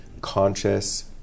conscious